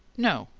no.